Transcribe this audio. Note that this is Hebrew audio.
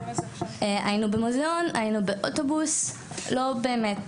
היינו במוזיאון היינו באוטובוס לא באמת